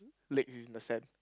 leg is in the sand